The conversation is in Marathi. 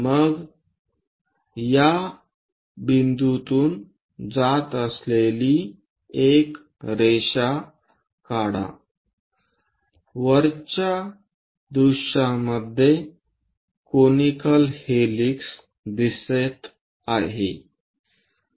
मग या बिंदूतून जात असलेली एक रेषा काढा वरच्या दृश्यामध्ये कोनिकल हेलिक्स दिसत आहे